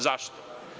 Zašto?